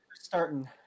starting